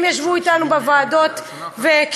הם ישבו אתנו בוועדות וקידמו,